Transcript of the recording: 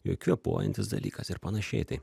ir kvėpuojantis dalykas ir panašiai tai